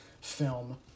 film